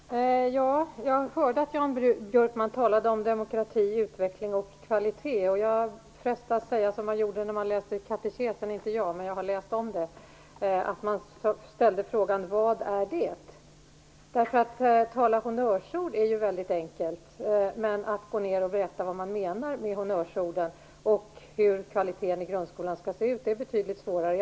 Fru talman! Jag hörde att Jan Björkman talade om demokrati, rättvisa och kvalitet, och jag frestas att säga som man gjorde när man läste katekesen - inte jag, men jag har läst om det - nämligen att man ställde frågan: Vad är det? Att tala honnörsord är väldigt enkelt, men att berätta vad man menar med honnörsorden och hur kvaliteten i grundskolan skall se ut är betydligt svårare.